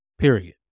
period